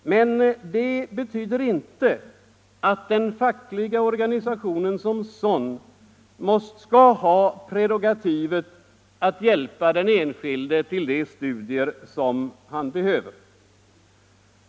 Men det betyder inte att den fackliga organisationen som sådan skall ha prerogativet att hjälpa den enskilde till de studier som han behöver.